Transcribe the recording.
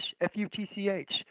F-U-T-C-H